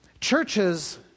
Churches